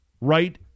right